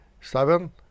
seven